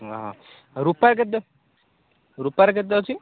ହଁ ରୂପା କେତେ ରୂପାର କେତେ ଅଛି